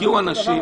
הגיעו אנשים,